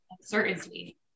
uncertainty